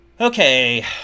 Okay